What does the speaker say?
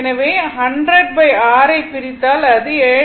எனவே 100 r ஐப் பிரித்தால் அது 7